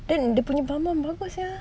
then dia punya balmond bagus sia